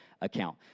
account